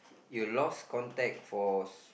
you lost contact for so